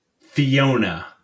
Fiona